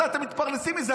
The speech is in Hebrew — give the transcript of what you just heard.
אתם מתפרנסים מזה.